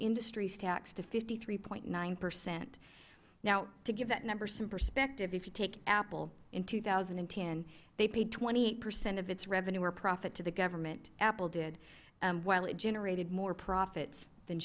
industry tax to fifty three nine percent now to give that number some perspective if you take apple in two thousand and ten they paid twenty eight percent of its revenue or profit to the government apple did while it generated more profits than